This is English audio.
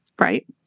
Right